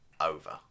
over